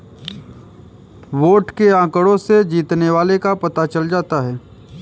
vote के आंकड़ों से जीतने वाले का पता चल जाता है